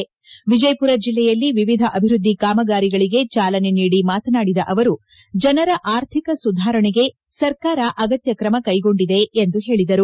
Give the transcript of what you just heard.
ಕಾರಜೋಳ ವಿಜಯಮರ ಜಿಲ್ಲೆಯಲ್ಲಿ ವಿವಿಧ ಅಭಿವ್ಯದ್ಲಿ ಕಾಮಗಾರಿಗಳಿಗೆ ಚಾಲನೆ ನೀಡಿ ಮಾತನಾಡಿದ ಅವರು ಜನರ ಆರ್ಥಿಕ ಸುಧಾರಣೆಗೆ ಸರ್ಕಾರ ಅಗತ್ಯ ಕ್ರಮ ಕೈಗೊಂಡಿದೆ ಎಂದು ಹೇಳಿದರು